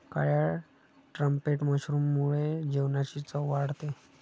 काळ्या ट्रम्पेट मशरूममुळे जेवणाची चव वाढते